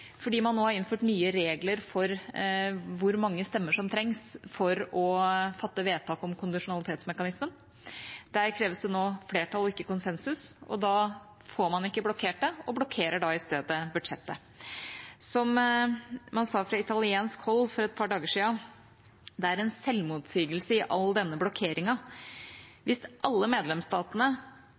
fordi man nå har innført nye regler for hvor mange stemmer som trengs for å fatte vedtak om kondisjonalitetsmekanismen. Der kreves det nå flertall og ikke konsensus. Da får man ikke blokkert det, og man blokkerer da i stedet budsjettet. Som man sa fra italiensk hold for et par dager siden: «Det er en selvmotsigelse i all denne blokkeringen. Hvis alle medlemsstatene